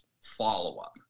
follow-up